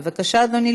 בבקשה, אדוני.